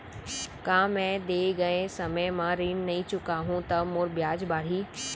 का मैं दे गए समय म ऋण नई चुकाहूँ त मोर ब्याज बाड़ही?